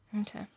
Okay